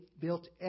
built